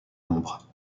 nombre